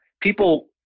people